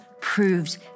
proved